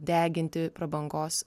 deginti prabangos